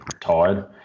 tired